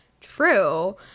True